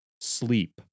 Sleep